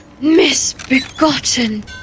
misbegotten